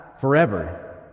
forever